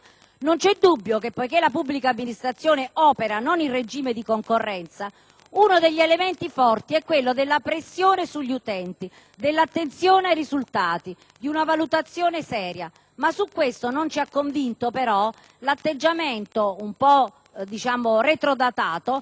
Non c'è dubbio che, poiché la pubblica amministrazione opera non in regime di concorrenza, uno degli elementi forti è quello della pressione sugli utenti, dell'attenzione ai risultati, di una valutazione seria. Tuttavia, a tale riguardo non ci ha convinto l'atteggiamento un po' retrodatato